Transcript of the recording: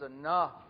enough